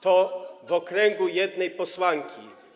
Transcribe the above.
To w okręgu jednej posłanki.